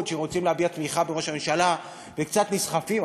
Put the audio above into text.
שרוצים להביע תמיכה בראש הממשלה וקצת נסחפים.